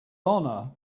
honor